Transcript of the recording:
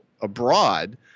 abroad